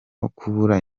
ukubura